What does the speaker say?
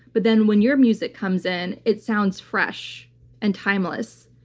but then when your music comes in, it sounds fresh and timeless,